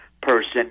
person